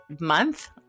month